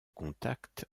contact